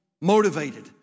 motivated